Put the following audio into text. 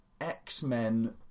X-Men